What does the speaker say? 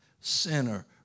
sinner